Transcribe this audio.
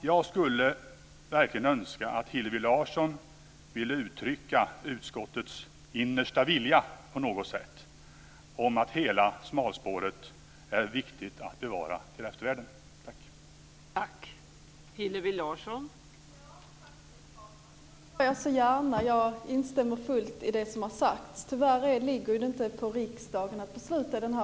Jag skulle verkligen önska att Hillevi Larsson ville uttrycka utskottets innersta vilja på något sätt om att hela smalspåret är viktigt att bevara till eftervärlden. Tack!